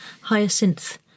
Hyacinth